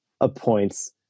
appoints